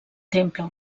temple